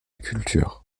culture